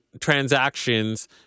transactions